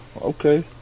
okay